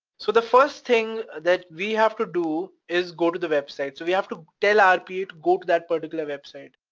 so the first thing that we have to do is go to the website. so we have to tell our rpa to go to that particular website.